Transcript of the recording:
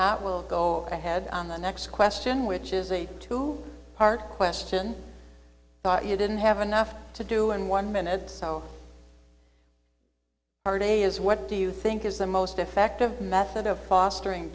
that will go ahead on the next question which is a two part question but you didn't have enough to do in one minute how our day is what do you think is the most effective method of fostering